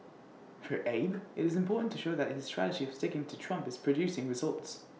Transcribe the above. for Abe IT is important to show that his strategy of sticking to Trump is producing results